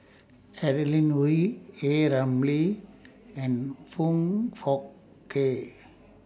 Adeline Ooi A Ramli and Foong Fook Kay